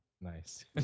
Nice